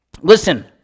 Listen